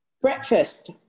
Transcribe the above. Breakfast